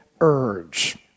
urge